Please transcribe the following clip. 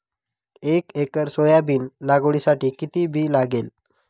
एक acre soybean लागवडीसाठी किती बी लागेल?